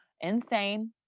insane